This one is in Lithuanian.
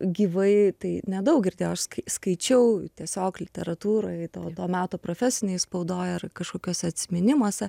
gyvai tai nedaug girdėjau aš skaičiau tiesiog literatūroje to to meto profesinėj spaudoj ar kažkokiuose atsiminimuose